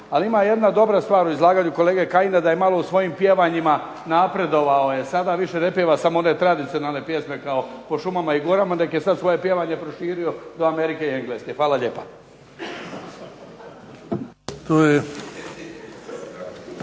Ali ima jedna dobra stvar u izlaganju kolege Kajina, da je malo u svojim pjevanjima, napredovao je, sada više ne pjeva samo one tradicionalne pjesme kao po šumama i gorama, nego je sad svoje pjevanje proširio do Amerike i Engleske. Hvala lijepa.